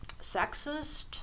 sexist